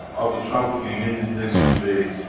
i'll be traveling again in next few days,